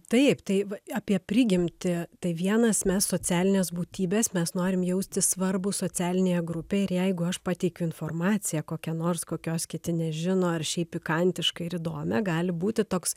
taip tai va apie prigimtį tai vienas mes socialinės būtybės mes norime jaustis svarbūs socialinėje grupėje ir jeigu aš pateikiu informaciją kokią nors kokios kiti nežino ar šiaip pikantišką ir įdomią gali būti toks